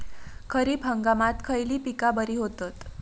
खरीप हंगामात खयली पीका बरी होतत?